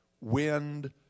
wind